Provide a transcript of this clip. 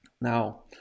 Now